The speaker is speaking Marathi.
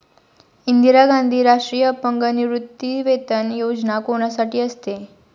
इंदिरा गांधी राष्ट्रीय अपंग निवृत्तीवेतन योजना कोणासाठी असते?